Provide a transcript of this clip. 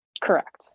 Correct